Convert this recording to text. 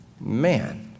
Man